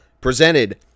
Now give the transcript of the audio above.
presented